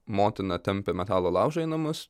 motina tempė metalo laužą į namus